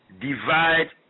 divide